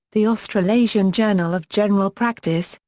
the australasian journal of general practice,